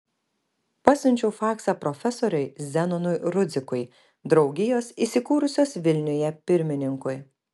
pasiunčiau faksą profesoriui zenonui rudzikui draugijos įsikūrusios vilniuje pirmininkui